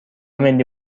ملی